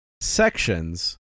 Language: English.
sections